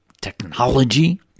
technology